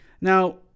Now